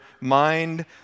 mind